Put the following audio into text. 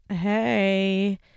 Hey